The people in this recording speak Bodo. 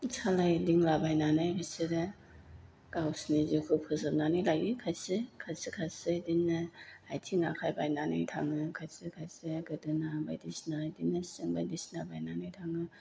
सालाय दिंला बायनानै बिसोरो गावसिनि जिउखौ फोजोबनानै लायो खायसे खायसे खायसे इदिनो आथिं आखाइ बायनानै थाङो खायसे खायसे गोदोना बायदिसिना बिदिनो सिं बायदिसिना बायनानै थाङो